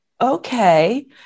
okay